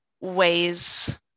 ways